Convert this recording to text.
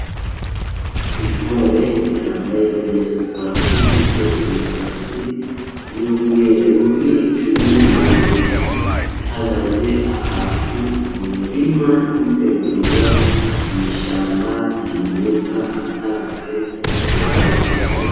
Intore yambaye neza, ifite imisatsi y'umweru, n'icumu mu ntoki. Ihagaze ahantu mu murima, yitegereza amashyamba kimeza, atatse urwatubyaye.